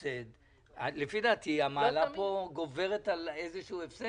לפי דעתי המעלה כאן גוברת על איזשהו הפסד.